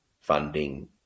funding